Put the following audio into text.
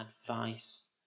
advice